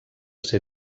ser